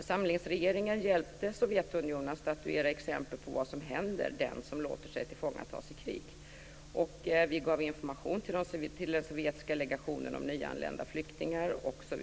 Samlingsregeringen hjälpte Sovjetunionen att statuera exempel på vad som händer den som låter sig tillfångatas i krig. Vi gav information till den sovjetiska legationen om nyanlända flyktingar osv.